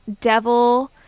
devil